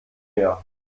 mehr